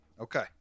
Okay